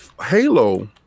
halo